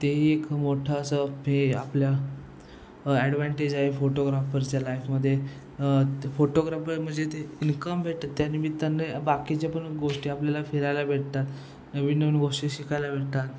तेही एक मोठं असं हे आपल्या ॲडव्हान्टेज आहे फोटोग्राफरच्या लाईफमध्ये फोटोग्राफर म्हणजे ते इन्कम भेटतात त्या निमित्ताने त्यांना बाकीच्या पण गोष्टी आपल्याला फिरायला भेटतात नवीन नवीन गोष्टी शिकायला भेटतात